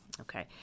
okay